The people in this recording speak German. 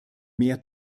mehr